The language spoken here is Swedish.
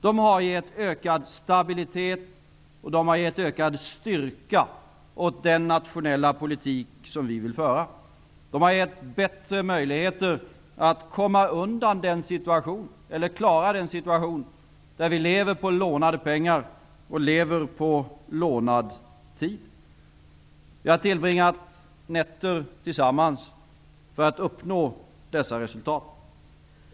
De har gett ökat stabilitet och större styrka åt den nationella politik som vi vill föra. De har gett bättre möjligheter att klara en situation där vi lever på lånade pengar och på lånad tid. Vi har tillbringat nätter tillsammans för att uppnå dessa resultat.